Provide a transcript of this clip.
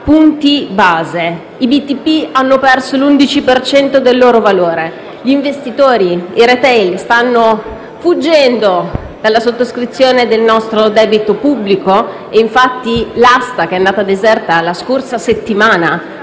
punti base; i BTP hanno perso l'11 per cento del loro valore, gli investitori, i *retail*, stanno fuggendo dalla sottoscrizione del nostro debito pubblico, e infatti l'asta che è andata deserta la scorsa settimana,